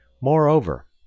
Moreover